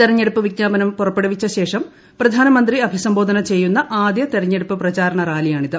തെരഞ്ഞെടുപ്പ് വിജ്ഞാപനം പുറപ്പെടുവിച്ച ശേഷം പ്രധാനമന്ത്രി അഭിസംബോധന ചെയ്യുന്ന ആദ്യ തെരഞ്ഞെടുപ്പ് പ്രചാരണ റാലിയാണിത്